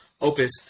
opus